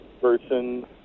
person